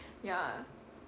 ya